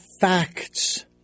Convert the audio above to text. facts